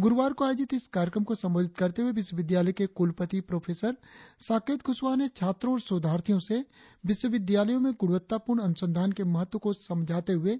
गुरुवार को आयोजित इस कार्यक्रम को संबोधित करते हुए विश्वविद्यालय के कुलपति प्रोफेसर साकेत कुशवाहा ने छात्रों और शोधार्थियों से विश्वविद्यालयों में गुणवत्तापूर्ण अनुसंधान के महत्व को समझते हुए